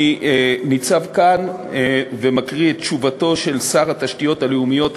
אני ניצב כאן ומקריא את תשובתו של שר התשתיות הלאומיות,